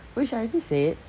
which I already said